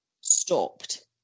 stopped